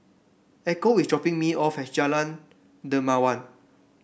Echo is dropping me off at Jalan Dermawan